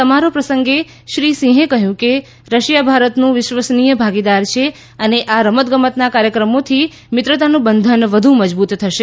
સમારોહ પ્રસંગે શ્રી સિંહે કહ્યું કે રશિયા ભારતનું વિશ્વસનીય ભાગીદાર છે અને આ રમતગમતના કાર્યક્રમોથી મિત્રતાનું બંધન વધુ મજબુત થશે